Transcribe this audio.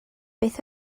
beth